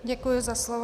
Děkuji za slovo.